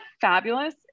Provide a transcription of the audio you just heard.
fabulous